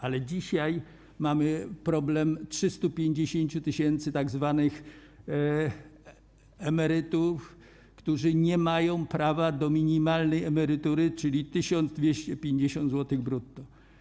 Ale dzisiaj mamy problem dotyczący 350 tys. tzw. emerytów, którzy nie mają prawa do minimalnej emerytury, czyli 1250 zł brutto.